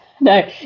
No